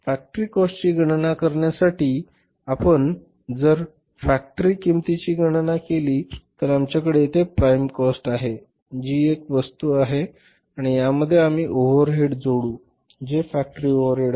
factory काॅस्टची गणना करण्यासाठी आपण जर फॅक्टरी किंमतीची गणना केली तर आमच्याकडे येथे प्राईम काॅस्ट आहे जी एक वस्तू आहे आणि यामध्ये आम्ही हे ओव्हरहेड जोडू जे फॅक्टरी ओव्हरहेड आहेत